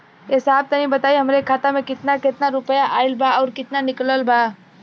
ए साहब तनि बताई हमरे खाता मे कितना केतना रुपया आईल बा अउर कितना निकलल बा?